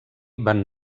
van